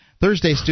Thursday